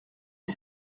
est